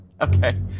Okay